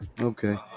Okay